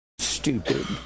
Stupid